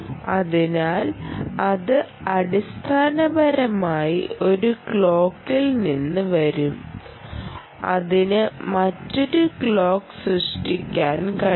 അതിനാൽ അത് അടിസ്ഥാനപരമായി ഒരു ക്ലോക്കിൽ നിന്ന് വരും അതിന് മറ്റൊരു ക്ലോക്ക് സൃഷ്ടിക്കാൻ കഴിയും